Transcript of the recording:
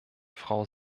frau